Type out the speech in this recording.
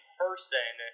person